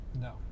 No